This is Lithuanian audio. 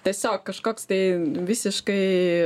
tiesiog kažkoks tai visiškai